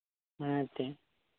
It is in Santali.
ᱦᱮᱸ ᱮᱱᱛᱮᱫ